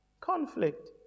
conflict